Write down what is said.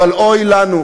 אוי לנו,